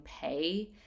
pay